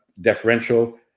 deferential